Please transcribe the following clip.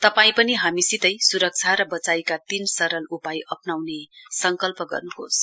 तपाईं पनि हामीसितै सुरक्षा र बचाइका तीन सरल उपाय अप्नाउने संकल्प गर्नुहोस्